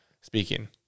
speaking